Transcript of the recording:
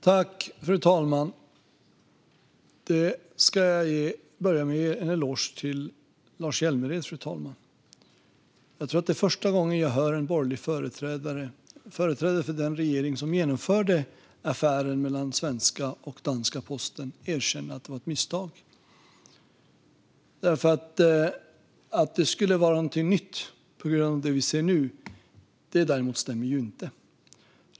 Fru talman! Låt mig ge Lars Hjälmered en eloge. Jag tror att det är första gången jag hör en företrädare för den regering som genomförde affären mellan svenska och danska posten erkänna att det var ett misstag. Att det vi ser nu skulle vara något nytt stämmer däremot inte.